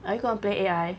are you gonna play A_I